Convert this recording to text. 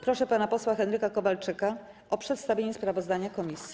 Proszę pana posła Henryka Kowalczyka o przedstawienie sprawozdania komisji.